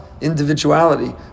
individuality